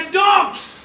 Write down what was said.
dogs